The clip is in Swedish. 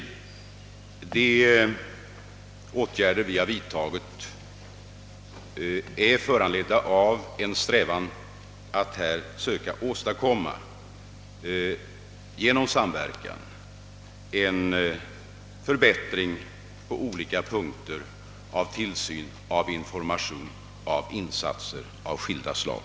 De åtgärder vi har vidtagit är föranledda av en strävan att genom samverkan söka åstadkomma en förbättring på olika punkter, av tillsynen, av informationen och av insatser av skilda slag.